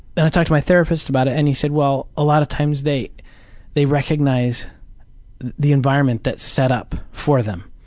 and i talked to my therapist about it and he said, well, a lot of times they they recognize the environment that's set up for them.